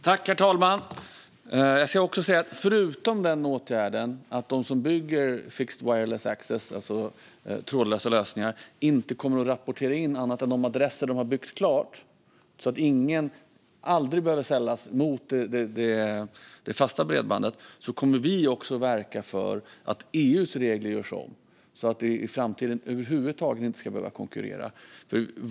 Herr talman! Jag ska också säga att förutom åtgärden som innebär att de som bygger fixed wireless access, alltså trådlösa lösningar, inte kommer att rapportera in annat än de adresser som de har byggt klart så att ingen behöver ställas mot det fasta bredbandet, kommer vi också att verka för att EU:s regler görs om så att det i framtiden över huvud taget inte ska behöva konkurrera.